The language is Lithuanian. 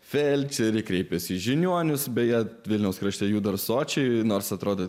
felčerė kreipėsi žiniuonis beje vilniaus krašte jų dar sočiai nors atrodo